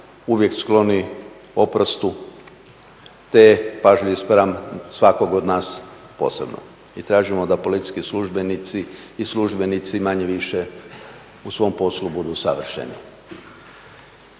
uvijek skloni oprostu, te pažljivi spram svakog od nas posebno i tražimo da policijski službenici i službenici manje-više u svom poslu budu savršeni.